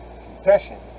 confession